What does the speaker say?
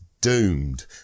doomed